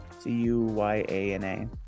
C-U-Y-A-N-A